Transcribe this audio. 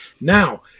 Now